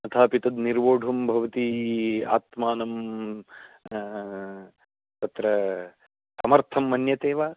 तथापि तत् निर्वोढुं भवती आत्मानं तत्र समर्थं मन्यते वा